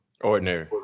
Ordinary